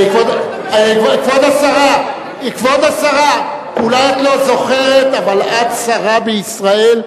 כבוד השרה, אולי את לא זוכרת, אבל את שרה בישראל.